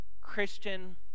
Christian